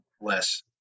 less